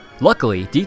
Luckily